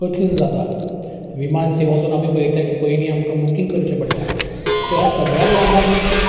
कठीण जाता विमान सेवा सुद्दां आमी पयता की पयनीं आमकां बुकींग करचें पडटा सो ह्या सगल्यांक लागोन